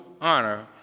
honor